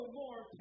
more